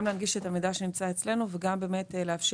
גם להנגיש את המידע שנמצא אצלנו וגם לאפשר